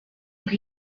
ngo